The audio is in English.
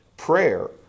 Prayer